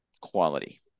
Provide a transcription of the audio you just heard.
quality